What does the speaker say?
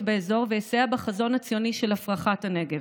באזור ויסייע בחזון הציוני של הפרחת הנגב.